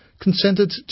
consented